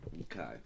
Okay